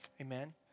Amen